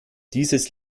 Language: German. dieses